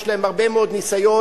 יש להם הרבה מאוד ניסיון,